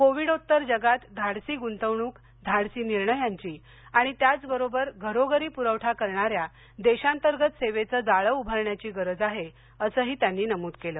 कोविडोत्तर जगात धाडसी गुंतवणूक धाडसी निर्णयांची आणि त्याचबरोबर घरोघरी पुरवठा करणाऱ्या देशांतर्गत सेवेच जाळं उभारण्याची गरज आहे असही त्यांनी नमूद केलं